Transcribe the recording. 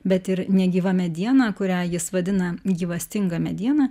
bet ir negyva mediena kurią jis vadina gyvastinga mediena